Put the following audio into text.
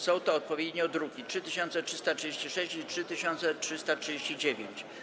Są to odpowiednio druki nr 3336 i 3339.